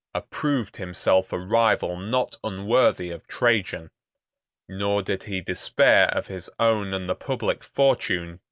approved himself a rival not unworthy of trajan nor did he despair of his own and the public fortune,